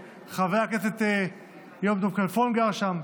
חבר הכנסת יום טוב כלפון גר שם,